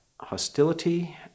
hostility